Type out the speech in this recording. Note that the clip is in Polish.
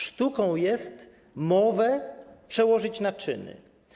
Sztuką jest mowę przełożyć na czyny.